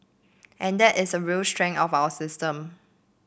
and that is a real strength of our system